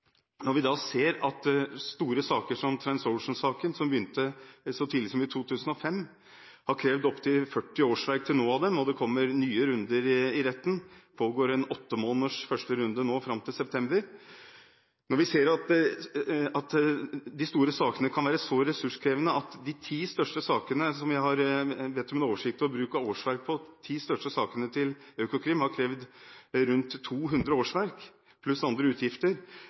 som begynte så tidlig som i 2005 – har til nå krevd opptil 40 årsverk av dem, og det kommer nye runder i retten; det pågår en åtte måneders runde nå fram til september. Når de store sakene kan være så ressurskrevende at de ti største sakene til Økokrim, som jeg har bedt om en oversikt over bruk av årsverk på, har krevd rundt 200 årsverk pluss andre utgifter,